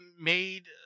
made